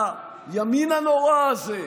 הימין הנורא הזה,